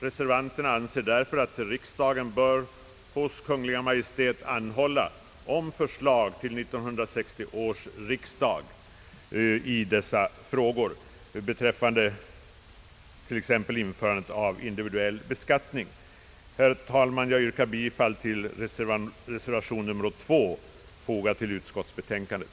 Reservanterna anser därför att riksdagen bör hos Kungl. Maj:t anhålla om förslag till 1968 års riksdag i dessa frågor, t.ex. beträffande införande av individuell beskattning. Herr talman! Jag yrkar bifall till reservation 2, fogad till utskottsbetänkandet.